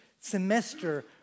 semester